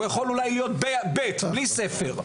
הוא יכול אולי להיות בית בלי ספר.